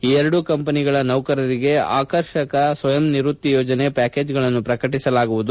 ಈ ಎರಡೂ ಕಂಪನಿಗಳ ನೌಕರರಿಗೆ ಆಕರ್ಷಕ ಸ್ವಯಂ ನಿವೃತ್ತಿ ಯೋಜನೆ ಪ್ಯಾಕೇಜ್ಗಳನ್ನು ಪ್ರಕಟಿಸಲಾಗುವುದು